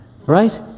Right